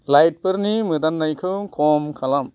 लाइटफोरनि मोदाननायखौ खम खालाम